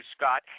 Scott